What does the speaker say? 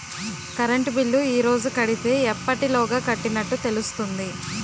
Current bill ఈ రోజు కడితే ఎప్పటిలోగా కట్టినట్టు తెలుస్తుంది?